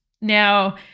Now